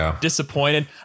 disappointed